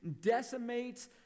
decimates